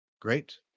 Great